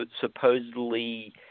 supposedly